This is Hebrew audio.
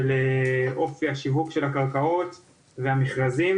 על הנושא של אופי השיווק של הקרקעות והמכרזים